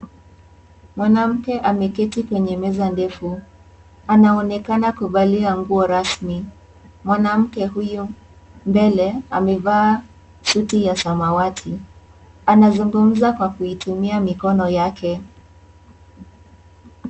Mwanamke ameketi kwenye meza ndefu. Anaonekana kuvalia nguo rasmi. Mwanamke huyo mbele, amevaa suti ya samawati. Anazungumza kwa kuitumia mikono yake.